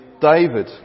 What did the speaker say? David